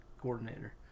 coordinator